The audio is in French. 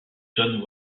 john